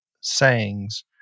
sayings